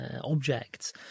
objects